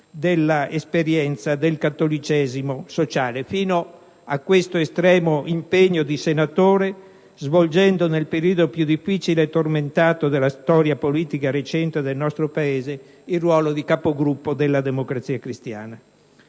dell'esperienza del cattolicesimo sociale); per arrivare poi a questo estremo impegno di senatore, nel quale ebbe a svolgere, nel periodo più difficile e tormentato della storia politica recente del nostro Paese, il ruolo di Capogruppo della Democrazia Cristiana